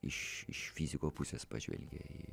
iš iš fiziko pusės pažvelgė